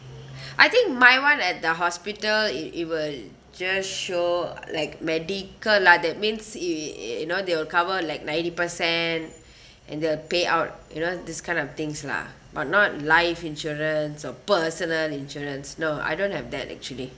I think my one at the hospital it it will just show err like medical lah that means it it you know they will cover like ninety per cent in the payout you know this kind of things lah but not life insurance or personal insurance no I don't have that actually